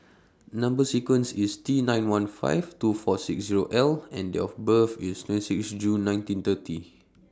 Number sequence IS T nine one five two four six Zero I and Date of birth IS twenty six June nineteen thirty